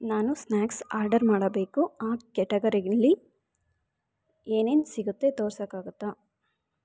ನಾನು snacks order ಮಾಡಬೇಕು ಆ ಕೆಟಗರಿಗಿಲ್ಲಿ ಏನೇನು ಸಿಗುತ್ತೆ ತೋರ್ಸೋಕ್ಕಾಗುತ್ತಾ